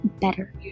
better